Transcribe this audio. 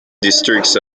districts